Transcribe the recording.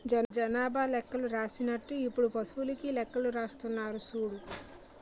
జనాభా లెక్కలు రాసినట్టు ఇప్పుడు పశువులకీ లెక్కలు రాస్తున్నారు సూడు